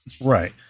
Right